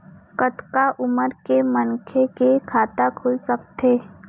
कतका उमर के मनखे के खाता खुल सकथे?